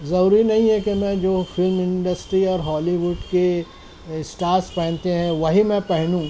ضروری نہیں ہے کہ میں جو فلم انڈسٹری اور ہالی ووڈ کے اسٹارس پہنتے ہیں وہی میں پہنوں